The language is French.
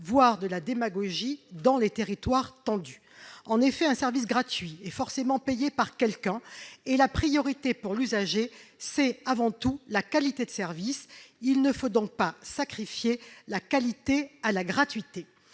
voire de la démagogie dans les territoires tendus. En effet, un service gratuit est forcément payé par quelqu'un, et la priorité pour l'usager, c'est avant tout la qualité de service. Il ne faut donc pas sacrifier la qualité à la gratuité